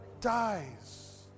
dies